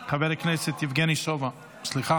חבר הכנסת יבגני סובה, למה לא נוכח?